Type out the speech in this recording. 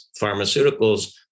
pharmaceuticals